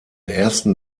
ersten